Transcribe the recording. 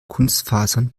kunstfasern